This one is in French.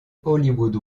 hollywood